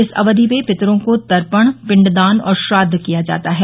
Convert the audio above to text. इस अवधि में पितरों को तर्पण पिंडदान और श्राद्व किया जाता है